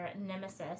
nemesis